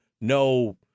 no